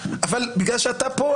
אבל בגלל שאתה פה,